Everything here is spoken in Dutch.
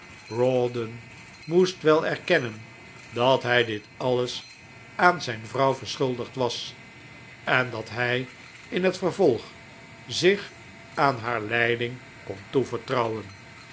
rawdon moest wel erkennen dat hij dit alles aan zijn vrouw verschuldigd was en dat hij in het vervolg zich aan haar leiding kon toevertrouwen